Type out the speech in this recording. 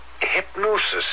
Hypnosis